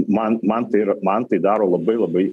man man tai yra man tai daro labai labai